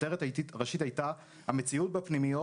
והכותרת הראשית הייתה המציאות בפנימיות